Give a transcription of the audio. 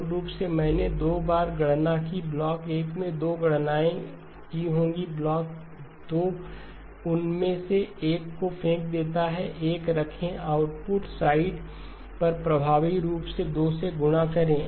मूल रूप से मैंने दो बार गणना की ब्लॉक 1 में 2 गणनाएँ की होंगी ब्लॉक 2 उन 1 में से 1 को फेंक देता है 1 रखें आउटपुट साइड पर प्रभावी रूप से इसे 2 से गुणा करें